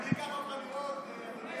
אני אקח אותך לראות,